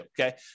okay